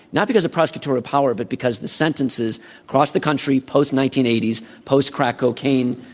not because of prosecutorial power, but because the sentences across the country, post nineteen eighty s, post-crack cocaine